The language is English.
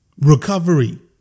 recovery